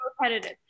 repetitive